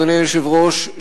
אדוני היושב-ראש,